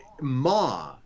Ma